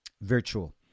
virtual